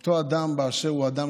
אותו אדם באשר הוא אדם.